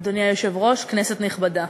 אדוני היושב-ראש, כנסת נכבדה,